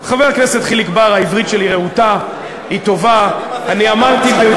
השבוע האחרון של נובמבר, שבו